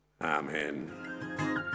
amen